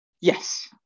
Yes